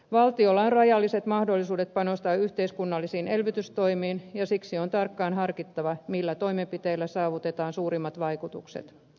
valtiolla on rajalliset mahdollisuudet panostaa yhteiskunnallisiin elvytystoimiin ja siksi on tarkkaan harkittava millä toimenpiteillä saavutetaan suurimmat vaikutukset